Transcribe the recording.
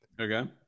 Okay